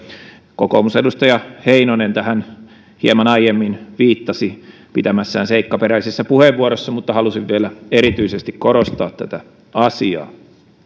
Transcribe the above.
kokoomusedustaja heinonen tähän hieman aiemmin viittasi käyttämässään seikkaperäisessä puheenvuorossa mutta halusin vielä erityisesti korostaa tätä asiaa